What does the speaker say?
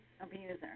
abuser